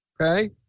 okay